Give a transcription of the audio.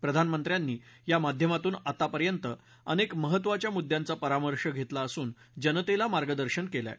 प्रधानमंत्र्यांनी या माध्यमातून आतापर्यंत अनेक महत्त्वाच्या मृद्यांचा परामर्श घेतला असून जनतेला मार्गदर्शन केलं आहे